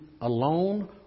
alone